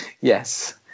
Yes